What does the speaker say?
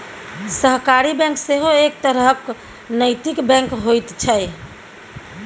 सहकारी बैंक सेहो एक तरहक नैतिक बैंक होइत छै